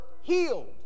healed